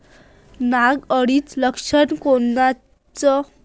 नाग अळीचं लक्षण कोनचं?